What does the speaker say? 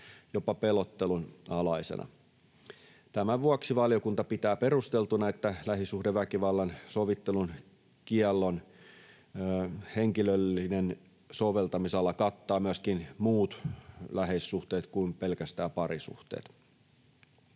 jopa pelottelun alaisena. Tämän vuoksi valiokunta pitää perusteltuna, että lähisuhdeväkivallan sovittelun kiellon henkilöllinen soveltamisala kattaa myöskin muut läheissuhteet kuin pelkästään parisuhteet.